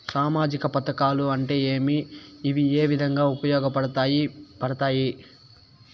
సామాజిక పథకాలు అంటే ఏమి? ఇవి ఏ విధంగా ఉపయోగపడతాయి పడతాయి?